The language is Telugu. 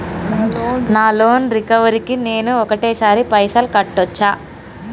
నా లోన్ రికవరీ కి నేను ఒకటేసరి పైసల్ కట్టొచ్చా?